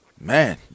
Man